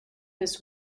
his